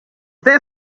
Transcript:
that